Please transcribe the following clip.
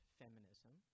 feminism